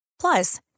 Plus